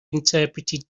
interpreted